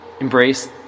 embrace